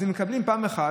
אז הם מקבלים פעם אחת,